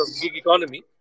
economy